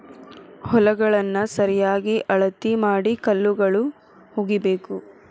ಹೊಲಗಳನ್ನಾ ಸರಿಯಾಗಿ ಅಳತಿ ಮಾಡಿ ಕಲ್ಲುಗಳು ಹುಗಿಬೇಕು